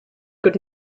good